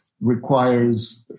requires